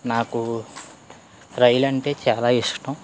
నాకు రైలు అంటే చాలా ఇష్టం